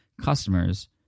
customers